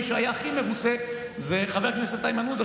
מי שהיה הכי מרוצה זה חבר כנסת איימן עודה,